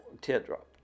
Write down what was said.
Teardrop